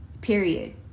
Period